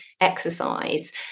exercise